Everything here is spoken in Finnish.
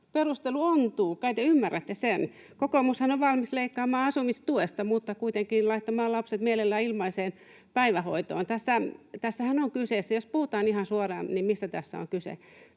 perustelu ontuu, kai te ymmärrätte sen? Kokoomushan on valmis leikkaamaan asumistuesta mutta kuitenkin laittamaan lapset mielellään ilmaiseen päivähoitoon. Jos puhutaan ihan suoraan, mistä tässä on kyse,